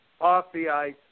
off-the-ice